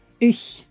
ich